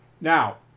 Now